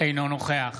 אינו נוכח